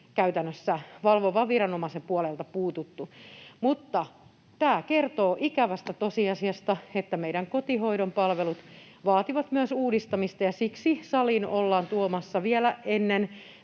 käytännössä valvovan viranomaisen puolelta puututtu. Tämä kertoo ikävästä tosiasiasta, että meidän kotihoidon palvelut vaativat myös uudistamista, ja siksi saliin ollaan tuomassa vielä ennen